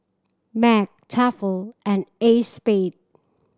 Mac Tefal and Acexspade